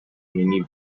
نینی